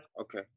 Okay